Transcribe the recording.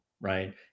Right